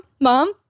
mom